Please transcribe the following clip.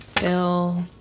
Bill